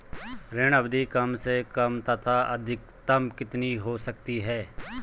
ऋण अवधि कम से कम तथा अधिकतम कितनी हो सकती है?